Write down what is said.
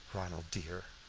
ronald dear,